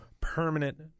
permanent